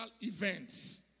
events